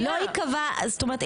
זאת אומרת,